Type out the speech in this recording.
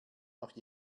noch